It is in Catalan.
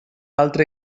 altre